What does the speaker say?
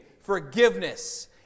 forgiveness